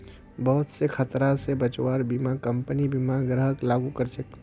बहुत स खतरा स बचव्वार बीमा कम्पनी बीमा ग्राहकक लागू कर छेक